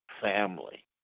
family